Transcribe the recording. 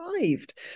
arrived